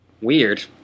Weird